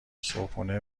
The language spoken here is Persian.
صبحونه